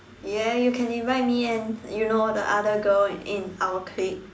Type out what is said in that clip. ya you can invite me and you know the other girl in our clique